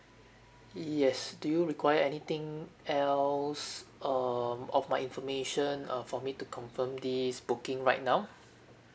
yes do you require anything else um of my information uh for me to confirm this booking right now